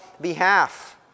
behalf